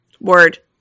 Word